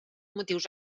motius